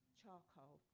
charcoal